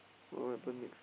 what will happen next